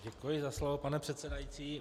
Děkuji za slovo, pane předsedající.